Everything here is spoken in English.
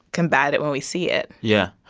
combat it when we see it yeah.